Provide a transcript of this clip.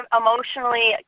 emotionally